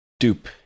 Dupe